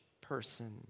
person